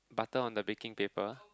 butter on the baking paper